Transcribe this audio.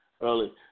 early